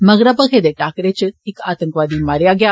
मगरा भखै दे टाकरे च इक आतंकवादी मारेआ गेआ